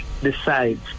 decides